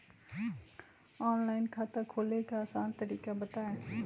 Online खाता खोले के आसान तरीका बताए?